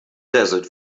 desert